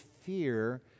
fear